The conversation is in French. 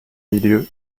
milieu